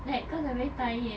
like cause I very tired